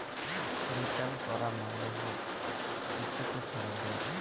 return ক্যরা মালে কিছুকে ফিরত দিয়া